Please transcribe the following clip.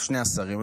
לשני השרים,